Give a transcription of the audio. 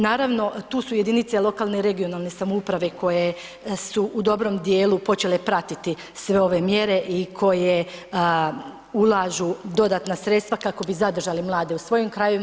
Naravno, tu su jedinice lokalne i regionalne samouprave koje su u dobrom dijelu počele pratiti sve ove mjere i koje ulažu dodatna sredstva kako bi zadržali mlade u svojim krajevima.